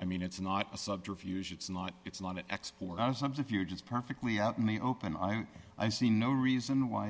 i mean it's not a subterfuge it's not it's not an export of something if you're just perfectly out in the open i i see no reason why